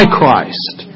Christ